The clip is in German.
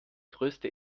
größte